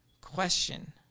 Question